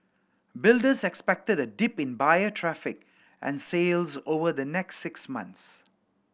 builders expected a dip in buyer traffic and sales over the next six months